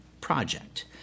project